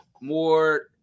more